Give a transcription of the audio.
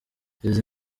izi